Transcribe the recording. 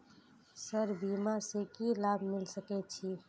Sir बीमा से की लाभ मिल सके छी?